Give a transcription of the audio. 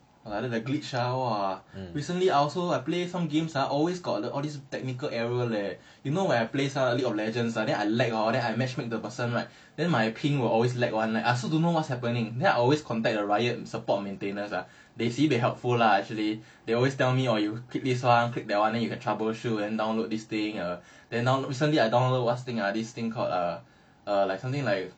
err the glitch ah !wah! recently I also I play some games ah always got the all these technical error leh you know when I play the league of legends ah then I lack hor then I match make the person right then my ping will always lag [one] leh I also don't know what's happening then I always contact the riot support maintenance ah they sibeh helpful lah actually they always tell me orh you click this one click that one then you can troubleshoot and download this thing ah then recently I downloaded this thing ah this thing called err err like something like